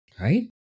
right